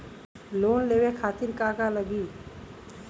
Loan लेवे खातीर का का लगी?